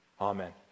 Amen